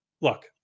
look